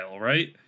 right